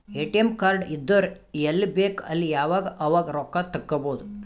ATM card ಇದ್ದುರ್ ಎಲ್ಲಿ ಬೇಕ್ ಅಲ್ಲಿ ಯಾವಾಗ್ ಅವಾಗ್ ರೊಕ್ಕಾ ತೆಕ್ಕೋಭೌದು